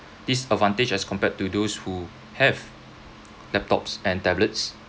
disadvantaged as compared to those who have laptops and tablets